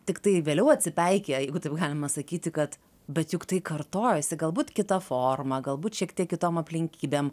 tiktai vėliau atsipeikėja jeigu taip galima sakyti kad bet juk tai kartojasi galbūt kita forma galbūt šiek tiek kitom aplinkybėm